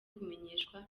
kumenyeshwa